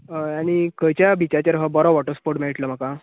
आनी खंयच्या बिचाचेर बरो वॉटर स्पोर्ट मेळटलो म्हाका